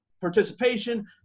participation